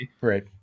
right